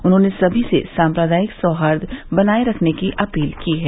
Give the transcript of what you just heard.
उन्होंने सभी से साम्प्रदायिक सौहार्द्र बनाये रखने की अपील की है